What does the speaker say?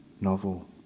novel